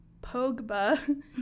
Pogba